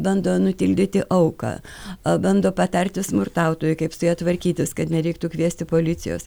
bando nutildyti auką bando patarti smurtautojui kaip su ja tvarkytis kad nereiktų kviesti policijos